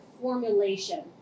formulation